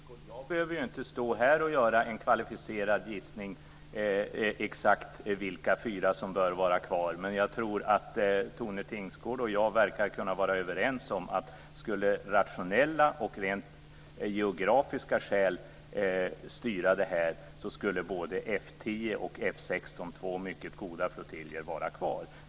Fru talman! Jag behöver inte stå här och göra en kvalificerad gissning om exakt vilka fyra som bör vara kvar. Men jag tror att Tone Tingsgård och jag verkar kunna vara överens om att skulle rationella och rent geografiska skäl styra detta, skulle både F 10 och F 16 - två mycket goda flottiljer - vara kvar.